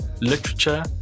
literature